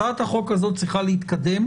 הצעת החוק הזאת צריכה להתקדם,